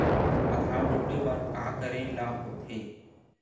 आधार जोड़े बर का करे ला होथे?